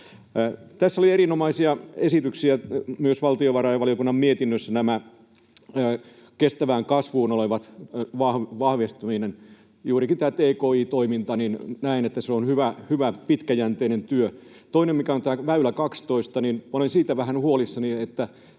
Tässä oli erinomaisia esityksiä myös valtiovarainvaliokunnan mietinnössä kestävän kasvun vahvistamiseen. Näen, että juurikin tämä tki-toiminta on hyvä, pitkäjänteinen työ. Toinen, mikä on tämä Liikenne 12: olen siitä vähän huolissani, että